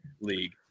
league